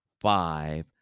five